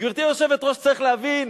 גברתי היושבת-ראש, צריך להבין